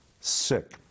sick